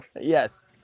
Yes